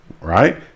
right